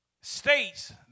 states